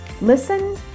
Listen